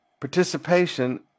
participation